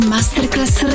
Masterclass